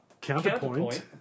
counterpoint